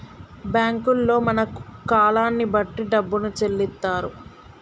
బ్యాంకుల్లో మన కాలాన్ని బట్టి డబ్బును చెల్లిత్తరు